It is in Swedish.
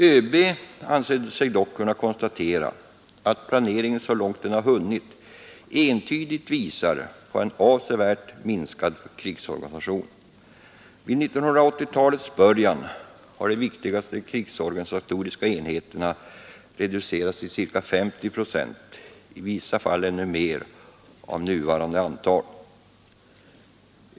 ÖB anser sig dock kunna konstatera att planeringen, så långt den nu hunnit, entydigt visar på en avsevärt minskad krigsorganisation. Vid 1980-talets början har de viktigaste krigsorganisatoriska enheterna reducerats med ca 50 procent av nuvarande antal, i vissa fall ännu mer.